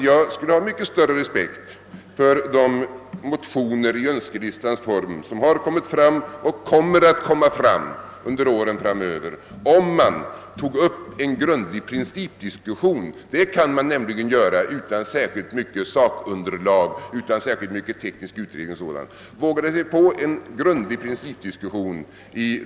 Jag skulle ha mycket större respekt för de motioner i önskelistans form, som väckts och som kommer att väckas under åren framöver, om man tog upp en grundlig principdiskussion i denna avvägningsfråga: hur mycket skall vi ha av generellt stöd och hur mycket skall vi ha av differentierat stöd, som tar sikte på det faktiska behovet?